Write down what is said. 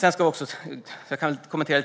Jag kan kommentera budgeten